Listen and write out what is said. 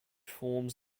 forms